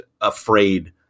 afraid